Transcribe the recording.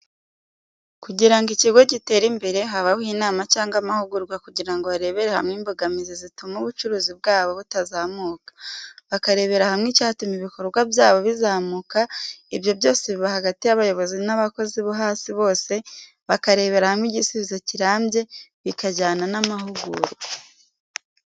Kugirango ikigo gitere imbere habaho inama cyangwa amahugurwa kugirango barebere hamwe imbogamizi zituma ubucuruzi bwabo butazamuka bakarebera hamwe icyatuma ibikorwa byabo bizamuka ibyo byose biba hagati yabayobozi n'abakozi bohasi bose bakarebera hamwe igisubizo kirambye bikajyana namahugurwa.